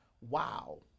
Wow